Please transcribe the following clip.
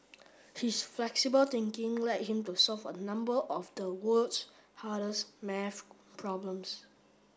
his flexible thinking led him to solve a number of the world's hardest maths problems